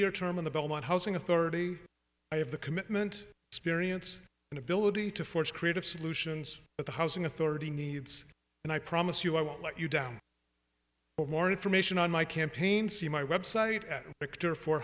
year term in the belmont housing authority i have the commitment experience and ability to forge creative solutions but the housing authority needs and i promise you i won't let you down but more information on my campaign see my website